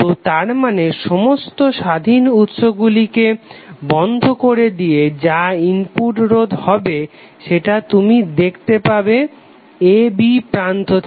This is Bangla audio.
তো তারমানে সমস্ত স্বাধীন উৎসগুলিকে বন্ধ করে দিয়ে যা ইনপুট রোধ হবে সেটা তুমি দেখতে পাবে a b প্রান্ত থেকে